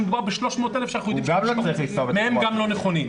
שמדובר ב-300,000 שאנחנו יודעים שחלק מהם גם לא נכונים.